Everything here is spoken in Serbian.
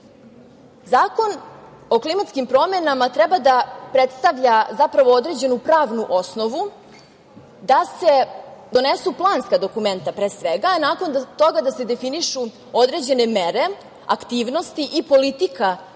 o klimatskim promenama treba da predstavlja zapravo određenu pravnu osnovu, da se donesu planska dokumenta, pre svega, nakon toga da se definišu određene mere, aktivnosti i politika